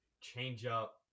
change-up